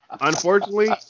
Unfortunately